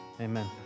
Amen